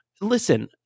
Listen